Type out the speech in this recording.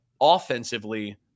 offensively